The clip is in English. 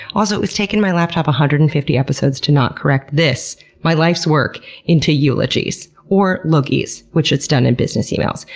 also, it's taken my laptop one hundred and fifty episodes to not correct this my life's work into eulogies or loogies, which it's done in business emails.